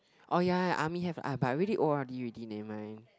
oh ya ya army have uh but I already o_r_d already never mind